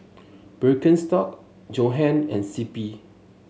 Birkenstock Johan and C P